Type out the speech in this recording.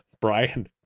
Brian